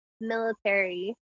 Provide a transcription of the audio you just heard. military